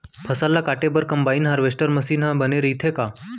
फसल ल काटे बर का कंबाइन हारवेस्टर मशीन ह बने रइथे का?